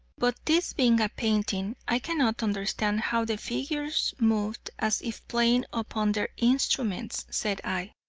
but this being a painting, i cannot understand how the figures moved as if playing upon their instruments, said i.